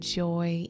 joy